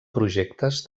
projectes